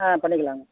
ஆ பண்ணிக்கலாங்க